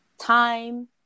Time